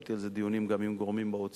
וקיימתי על זה דיונים גם עם גורמים באוצר.